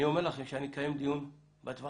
אני אומר לכם שאני אקבע דיון נוסף בטווח